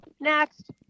Next